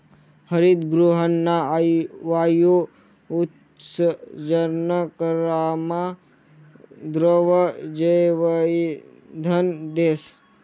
हरितगृहना वायु उत्सर्जन करामा द्रव जैवइंधन देस